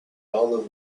olive